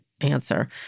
answer